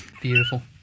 beautiful